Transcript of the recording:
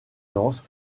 danses